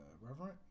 Reverend